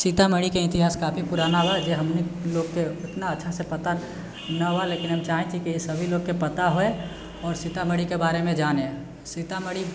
सीतामढ़ीके इतिहास काफी पुराना बा जे हमनि लोकके इतना अच्छासँ पता नहि होवा लेकिन हम चाहे छी कि सभी लोकके पता होइ आओर सीतामढ़ीके बारेमे जानै सीतामढ़ी